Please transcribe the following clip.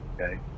Okay